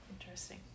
interesting